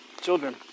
children